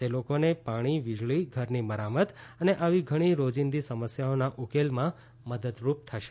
તે લોકોને પાણી વીજળી ઘરની મરામત અને આવી ઘણી રોજિંદી સમસ્યાઓના ઉકેલમાં મદદરૂપ થશે